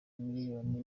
miliyoni